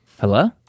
Hello